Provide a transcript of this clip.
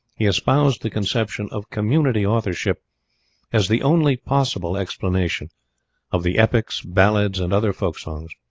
he espoused the conception of community authorship as the only possible explanation of the epics, ballads, and other folk-songs.